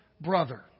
brother